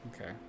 Okay